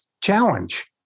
challenge